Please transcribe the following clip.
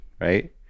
right